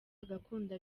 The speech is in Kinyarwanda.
agakunda